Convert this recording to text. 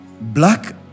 black